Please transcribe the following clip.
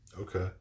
Okay